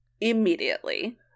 immediately